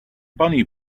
bunny